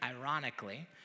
ironically